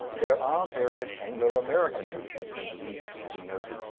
there are various anglo-american movements and leagues to be noted.